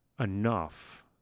enough